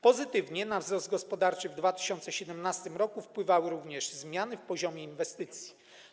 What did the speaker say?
Pozytywnie na wzrost gospodarczy w 2017 r. wpływały również zmiany w poziomie inwestycji.